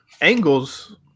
angles